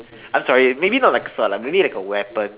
I'm sorry maybe not like a sword lah maybe like a weapon